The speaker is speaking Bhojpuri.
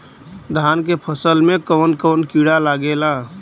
धान के फसल मे कवन कवन कीड़ा लागेला?